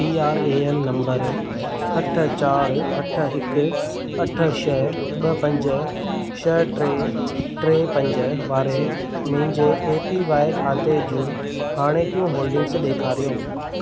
P R A N number अठ चारि अठ हिकु अठ छह ॿ पंज छह टे टे पंज वारे मुंहिंजे ए पी वाय खाते जूं हाणोकियूं होल्डिंग्स ॾेखारियो